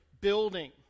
building